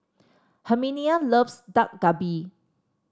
Herminia loves Dak Galbi